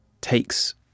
takes